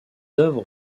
œuvres